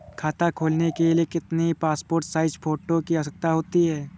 खाता खोलना के लिए कितनी पासपोर्ट साइज फोटो की आवश्यकता होती है?